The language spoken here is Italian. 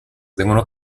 devono